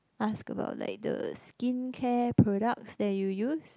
ask about like the skincare products that you use